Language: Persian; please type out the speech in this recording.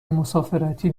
مسافرتی